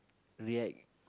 react